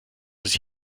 sich